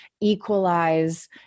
equalize